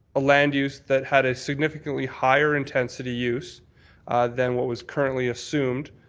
a land use that had a significantly higher intensity use than what was currently assumed,